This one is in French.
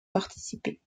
participé